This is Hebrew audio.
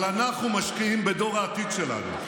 אבל אנחנו משקיעים בדור העתיד שלנו.